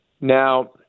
Now